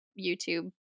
YouTube